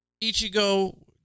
Ichigo